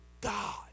God